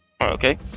Okay